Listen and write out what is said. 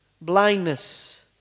Blindness